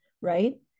right